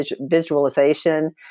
visualization